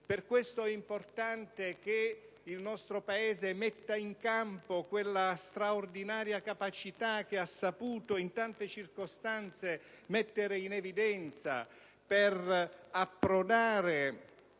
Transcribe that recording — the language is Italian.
per questo è importante che il nostro Paese metta in campo quella straordinaria capacità che ha saputo in tante circostanze mettere in evidenza, per approdare